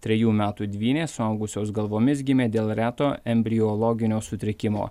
trejų metų dvynės suaugusios galvomis gimė dėl reto embriologinio sutrikimo